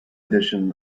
edition